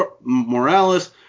Morales